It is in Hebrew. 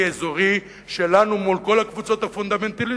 אזורי שלנו מול כל הקבוצות הפונדמנטליסטיות,